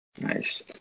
nice